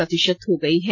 प्रतिशत हो गई है